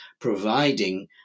providing